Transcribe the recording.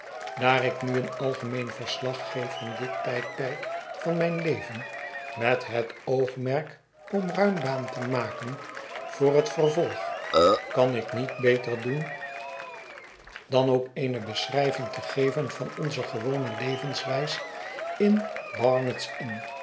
haar ik nu een algemeen verslag geef van dit tijdperk van mijn leven met het oogmerk om ruim baan te maken voor het vervolg kan ik niet beter doen dan ook eene beschrijving te geven van onze gewone levenswijs in barnard's inn